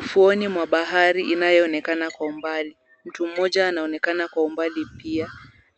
Ufuoni mwa bahari inayoonekana kwa bali, mtu mmoja anaonekana kwa ubali pia,